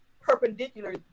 perpendicular